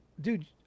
dude